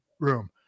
room